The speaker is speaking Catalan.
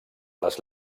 les